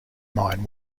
mine